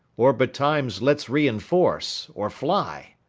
or betimes let's reinforce or fly.